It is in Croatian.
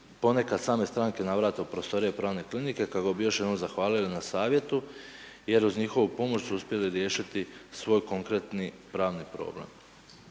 ponekad same stranke navrate u prostorije pravne klinike kako bi još jednom zahvalile na savjetu jer uz njihovu pomoć su uspjeli riješiti svoj konkretni pravni problem.